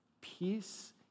peace